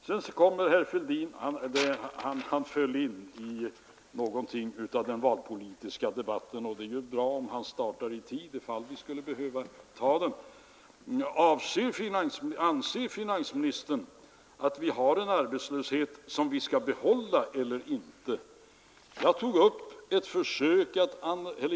Sedan föll herr Fälldin in i någonting av valpolitisk debatt; och det är bra att han startar i tid om vi skulle behöva föra den. Anser finansministern att vi har en arbetslöshet som vi skall behålla eller inte, frågade han.